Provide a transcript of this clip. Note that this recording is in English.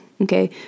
okay